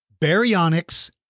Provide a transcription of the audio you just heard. Baryonyx